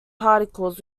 particles